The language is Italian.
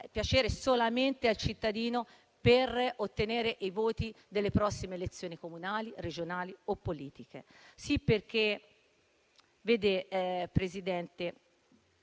piacere solamente al cittadino per ottenere i voti alle prossime elezioni comunali, regionali o politiche.